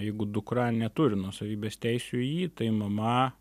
jeigu dukra neturi nuosavybės teisių į jį tai mama